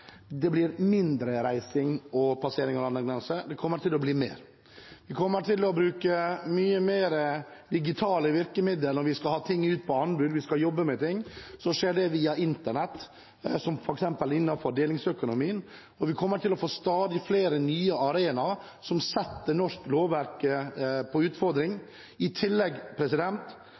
det blir mindre reising og færre passeringer over landegrensene. Det kommer til å bli mer. Vi kommer til å bruke digitale virkemidler mye mer. Når vi skal ha noe ut på anbud, når vi skal jobbe med ting, skjer det via internett – som f.eks. innenfor delingsøkonomien – og vi kommer til å få stadig flere nye arenaer som utfordrer det norske lovverket. I tillegg